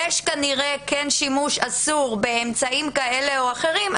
יש כנראה כן שימוש אסור באמצעים כאלה או אחרים,